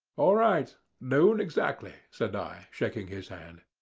all right noon exactly, said i, shaking his hand.